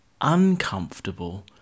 uncomfortable